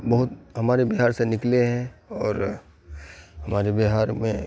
بہت ہمارے بہار سے نکلے ہیں اور ہمارے بہار میں